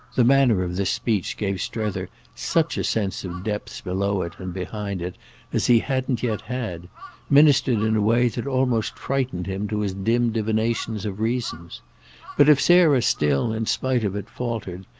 the manner of this speech gave strether such a sense of depths below it and behind it as he hadn't yet had ministered in a way that almost frightened him to his dim divinations of reasons but if sarah still, in spite of it, faltered,